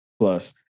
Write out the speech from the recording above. Plus